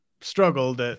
struggled